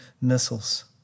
missiles